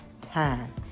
time